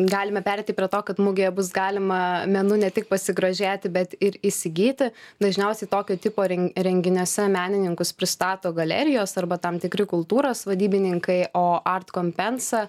galime pereiti prie to kad mugėje bus galima menu ne tik pasigrožėti bet ir įsigyti dažniausiai tokio tipo ren renginiuose menininkus pristato galerijos arba tam tikri kultūros vadybininkai o art compensa